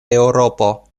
eŭropo